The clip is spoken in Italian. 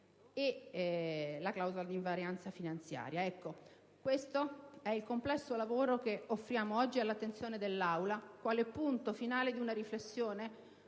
e la clausola di invarianza finanziaria. Ecco, questo è il complesso lavoro che offriamo oggi all'attenzione dell'Aula quale punto finale di una riflessione